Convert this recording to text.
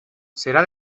serà